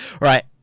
right